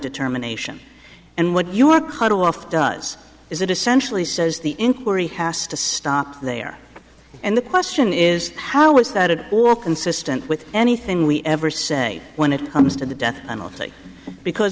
determination and what you were cut off does is it essentially says the inquiry has to stop there and the question is how is that at all consistent with anything we ever say when it comes to the death penalty because